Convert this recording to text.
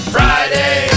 Friday